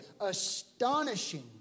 astonishing